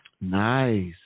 Nice